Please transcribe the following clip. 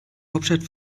hauptstadt